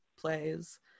plays